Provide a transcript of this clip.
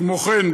כמו כן,